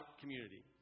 community